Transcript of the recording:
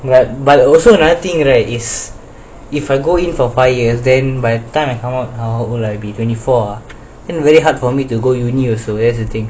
but but also another thing right is if I go in for five years then by the time I come out how old would I be twenty four ah then very hard for me to go uni also eh that's the thing